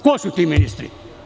Ko su ti ministri?